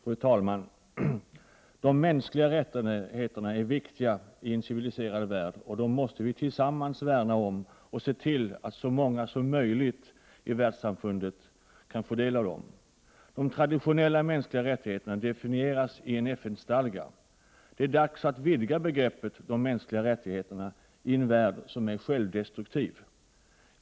Fru talman! De mänskliga rättigheterna är viktiga i en civiliserad värld. Vi måste tillsammans värna om dem och se till att så många som möjligt i världssamfundet kan få del av dem. De traditionella mänskliga rättigheterna definieras i en FN-stadga. Det är dags att vidga begreppet de mänskliga rättigheterna i en värld som är självdestruktiv.